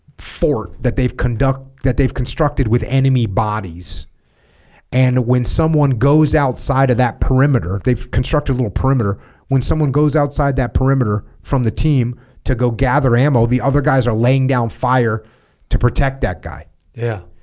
fort that they've conduct that they've constructed with enemy bodies and when someone goes outside of that perimeter they've constructed a little perimeter when someone goes outside that perimeter from the team to go gather ammo the other guys are laying down fire to protect that guy yeah